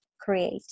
Create